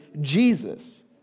Jesus